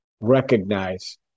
recognize